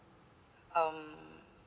um